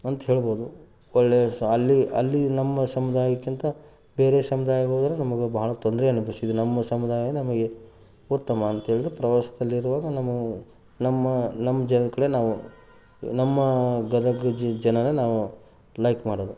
ಅಂತ್ಹೇಳ್ಬವ್ದು ಒಳ್ಳೆಯ ಸ ಅಲ್ಲಿ ಅಲ್ಲಿ ನಮ್ಮ ಸಮುದಾಯಕ್ಕಿಂತ ಬೇರೆ ಸಮುದಾಯಕ್ಕೆ ಹೋದರೆ ನಮಗೆ ಭಾಳ ತೊಂದರೆ ಅನುಭವಿಸಿದ್ವಿ ನಮ್ಮ ಸಮುದಾಯ ನಮಗೆ ಉತ್ತಮ ಅಂತ್ಹೇಳಿದ್ರೆ ಪ್ರವಾಸದಲ್ಲಿರುವಾಗ ನಾನು ನಮ್ಮ ನಮ್ಮ ಜನಗಳೇ ನಾವು ನಮ್ಮ ಗದಗ ಜಿ ಜನನೇ ನಾವು ಲೈಕ್ ಮಾಡೋದು